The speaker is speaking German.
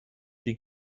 die